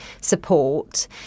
support